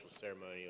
ceremonial